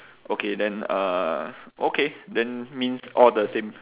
okay then uh okay then means all the same